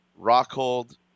Rockhold